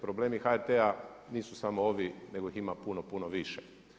Problemi HRT-a nisu samo ovi nego ih ima puno, puno više.